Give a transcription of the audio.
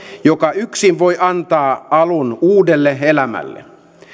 joka yksin voi antaa alun uudelle elämälle